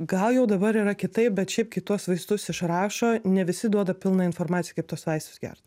gal jau dabar yra kitaip bet šiaip kai tuos vaistus išrašo ne visi duoda pilną informaciją kaip tuos vaistus gert